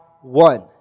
one